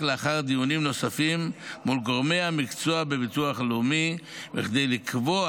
לאחר דיונים נוספים מול גורמי מקצוע בביטוח הלאומי וכדי לקבוע